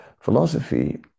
philosophy